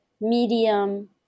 medium